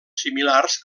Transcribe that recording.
similars